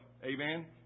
Amen